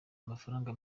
amafaranga